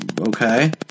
Okay